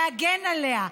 להגן עליה,